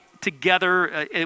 together